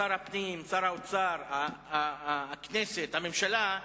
ששר הפנים, שר האוצר, הכנסת, הממשלה,